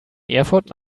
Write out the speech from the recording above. erfurt